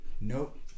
Nope